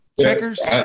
checkers